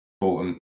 important